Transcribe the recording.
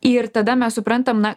ir tada mes suprantam na